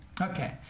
Okay